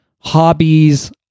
hobbies